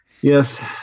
Yes